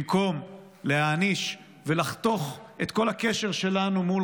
במקום להעניש ולחתוך את כל הקשר שלנו מול